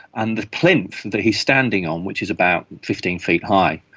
and the plinth that he's standing on, which is about fifteen feet high,